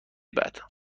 بعد